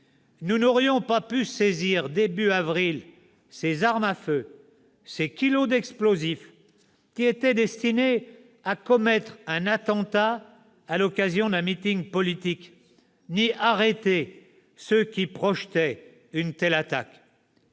nous n'aurions pas pu saisir au début du mois d'avril ces armes à feu et ces kilos d'explosifs qui étaient destinés à commettre un attentat à l'occasion d'un meeting politique, ni arrêter ceux qui projetaient une telle attaque,